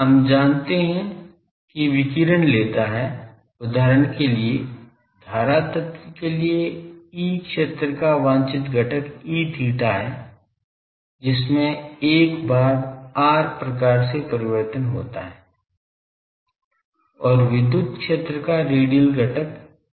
हम जानते हैं कि विकिरण लेता है उदाहरण के लिए धारा तत्व के लिए E क्षेत्र का वांछित घटक E theta है जिसमें 1 भाग r प्रकार से परिवर्तन होता है और विद्युत क्षेत्र का रेडियल घटक Er है